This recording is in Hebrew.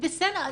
בסדר,